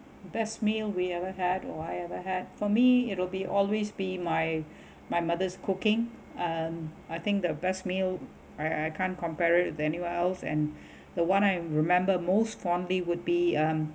best meal we ever had or I ever had for me it will be always be my my mother's cooking um I think the best meal I I can't compare it with anywhere else and the one I remember most fondly would be um